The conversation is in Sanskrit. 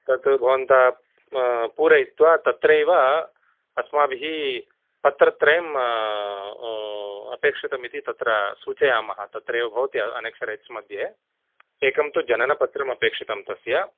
तत् भवन्तः पूरयित्वा तत्रैव अस्माभिः पत्रं त्रयं अपेक्षितमिति तत्र सूचयामः तत्रैव भवति अनेक्षर् एच्मध्ये एकं तु जननपत्रम् अपेक्षितं तस्य